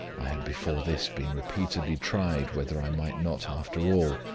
i had before this been repeatedly tried, whether i might not, after all,